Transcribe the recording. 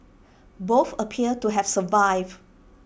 both appeared to have survived